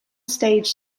stage